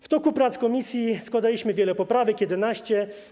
W toku prac komisji składaliśmy wiele poprawek: 11.